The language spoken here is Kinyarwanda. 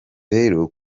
rero